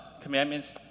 commandments